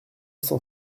cent